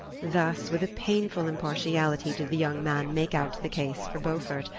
thus, with a painful impartiality, did the young man make out the case for beaufort,